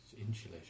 Insulation